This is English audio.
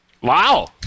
Wow